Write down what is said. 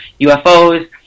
UFOs